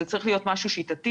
זה צריך להיות משהו שיטתי.